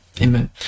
amen